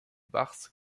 bars